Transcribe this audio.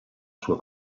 sua